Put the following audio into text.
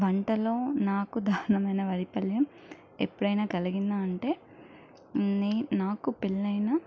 వంటలో నాకు దారుణమైన వైపల్యం ఎప్పుడైనా కలిగిందా అంటే నే నాకు పెళ్ళైన